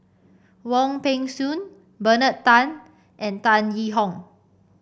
Wong Peng Soon Bernard Tan and Tan Yee Hong